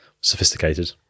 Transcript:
sophisticated